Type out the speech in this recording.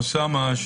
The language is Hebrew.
אוסאמה,